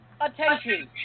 attention